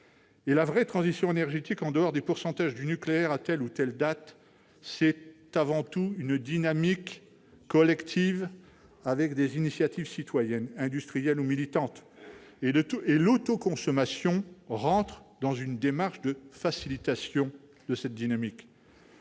la véritable transition énergétique, en dehors des pourcentages de nucléaire à telle ou telle date, c'est avant tout une dynamique collective, avec des initiatives citoyennes, industrielles ou militantes. Et l'autoconsommation entre dans une démarche de facilitation de cette dynamique.